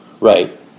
Right